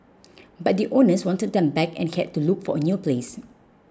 but the owners wanted them back and he had to look for a new place